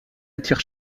attire